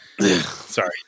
Sorry